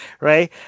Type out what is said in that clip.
right